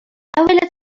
حاولت